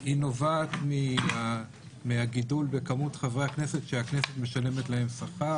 היא נובעת מהגידול במספר חברי הכנסת שהכנסת משלמת להם שכר,